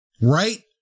Right